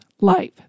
Life